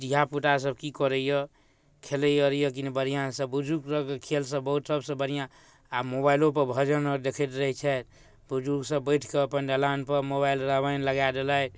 धिआपुतासभ कि करैए खेलैए आओर कि नहि बढ़िआँसँ बुजुर्गसभके खेलसब बहुत सबसँ बढ़िआँ आब मोबाइलोपर भजन आओर देखैत रहै छथि बुजुर्गसभ बैसिकऽ अपन दलानपर मोबाइल रामायण लगा देलथि